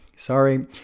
Sorry